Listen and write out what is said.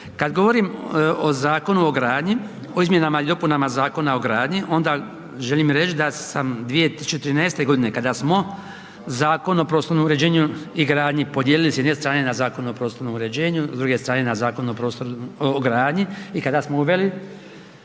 Kad govorim o Zakonu o gradnji, o izmjenama i dopunama Zakona o gradnji onda želim reć da sam 2013.g. kada smo Zakon o prostornom uređenju i gradnji podijelili s jedne strane na Zakon o prostornom uređenju, s druge strane na Zakon o gradnji i kada smo uveli